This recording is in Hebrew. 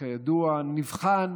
כידוע נבחן